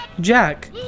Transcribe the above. Jack